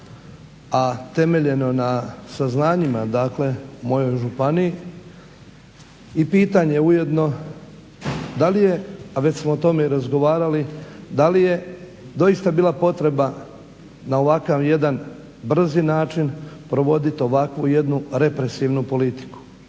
a temeljeno je na saznanjima, dakle u mojoj županiji, i pitanje ujedno da li je, a već smo o tome i razgovarali, da li je doista bila potreba na ovakav jedan brzi način provodit ovakvu jednu represivnu politiku?